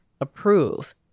approve